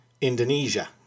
Indonesia